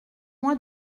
moi